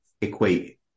equate